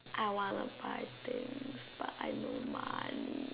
I want to buy things but I no money